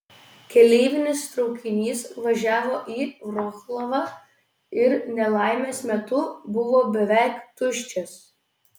keleivinis traukinys važiavo į vroclavą ir nelaimės metu buvo beveik tuščias